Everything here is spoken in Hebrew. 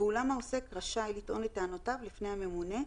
ואולם העוסק רשאי לטעון את טענותיו לפני הממונה,